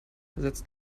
setzt